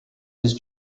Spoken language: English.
his